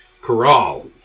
Corral